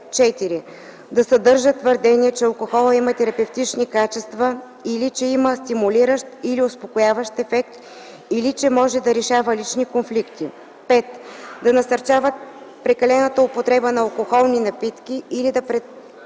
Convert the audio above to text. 4. да съдържат твърдения, че алкохолът има терапевтични качества или че има стимулиращ или успокояващ ефект, или че може да решава лични конфликти; 5. да насърчават прекалената употреба на алкохолни напитки или да представят